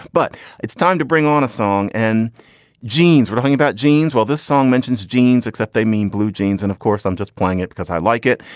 but it's time to bring on a song and jeans. we're talking about jeans while this song mentions jeans, except they mean blue jeans. and of course i'm just playing it because i like it.